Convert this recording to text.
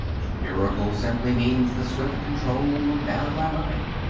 a miracle simply means the swift control of matter by mind.